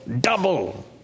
double